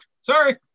sorry